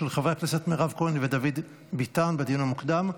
של חברי הכנסת מירב כהן ודוד ביטן בדיון המוקדם.